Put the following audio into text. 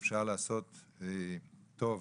שאפשר לעשות טוב לאנשים.